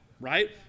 right